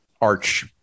Arch